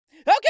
Okay